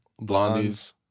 blondies